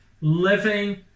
living